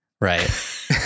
right